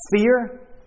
Fear